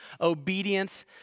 obedience